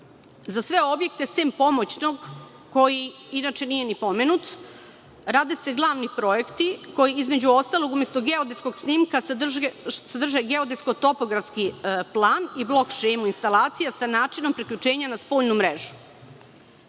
za sve objekte, sem pomoćnog, koji inače nije ni pomenut, rade se glavni projekti koji, između ostalog, umesto geodetskog snimka sadrže geodetsko-topografski plan i blok šemu instalacija, sa načinom priključenja na spoljnu mrežu.